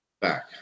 back